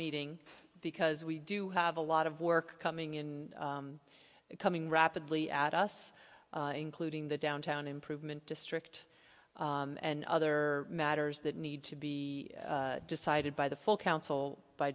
meeting because we do have a lot of work coming in coming rapidly at us including the downtown improvement district and other matters that need to be decided by the full council by